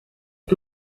que